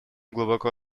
глубоко